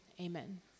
Amen